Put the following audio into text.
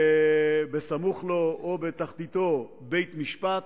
וסמוך לו, או בתחתיתו, בית-משפט,